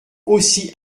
aussi